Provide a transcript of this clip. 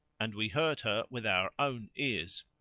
and we heard her with our own ears.